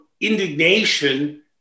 indignation